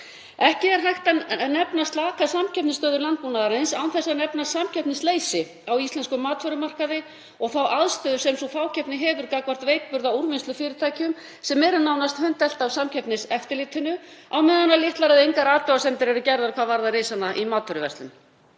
Ekki er hægt að nefna slaka samkeppnisstöðu landbúnaðarins án þess að nefna samkeppnisleysi á íslenskum matvörumarkaði og þá aðstöðu sem sú fákeppni hefur gagnvart veikburða úrvinnslufyrirtækjum sem eru nánast hundelt af Samkeppniseftirlitinu á meðan litlar eða engar athugasemdir eru gerðar hvað varðar risana í smásöluverslun.